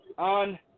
On